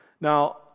Now